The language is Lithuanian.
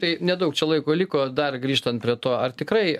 tai nedaug čia laiko liko dar grįžtant prie to ar tikrai